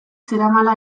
zeramala